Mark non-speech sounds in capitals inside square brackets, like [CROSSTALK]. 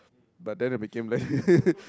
but then it became [LAUGHS]